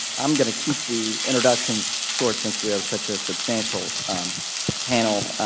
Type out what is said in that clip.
i'm going to keep the introductions short since we have such a substantial panel.